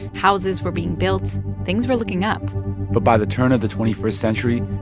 houses were being built. things were looking up but by the turn of the twenty first century,